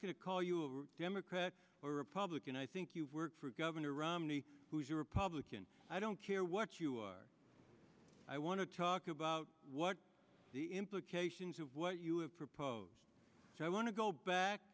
going to call you a democrat or republican i think you work for governor romney who's a republican i don't care what you are i want to talk about what the implications of what you have proposed and i want to go back